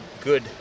good